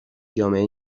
جامعه